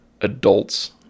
adults